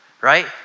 right